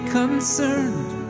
concerned